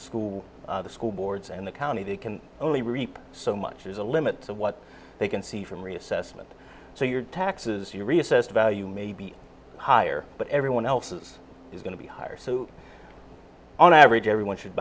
school the school boards and the county they can only repeat so much is the limits of what they can see from reassessment so your taxes you reassess value may be higher but everyone else is going to be higher so on average everyone should